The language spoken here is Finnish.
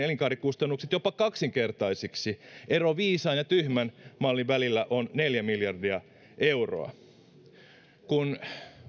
elinkaarikustannukset jopa kaksinkertaisiksi ero viisaan ja tyhmän mallin välillä on neljä miljardia euroa kun